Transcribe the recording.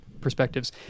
perspectives